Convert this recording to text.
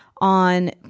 on